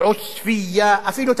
אפילו את השם אתם רוצים לשנות להם.